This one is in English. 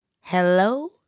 Hello